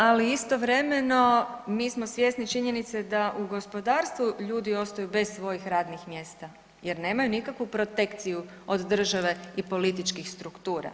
Da, ali istovremeno mi smo svjesni činjenice da u gospodarstvu ljudi ostaju bez svojih radnih mjesta jer nemaju nikakvu protekciju od države i političkih struktura.